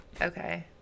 okay